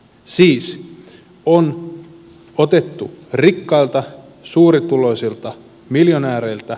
siis on otettu rikkailta suurituloisilta miljonääreiltä